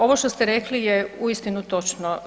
Ovo što ste rekli je uistinu točno.